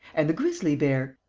and the grizzly bear.